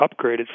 upgraded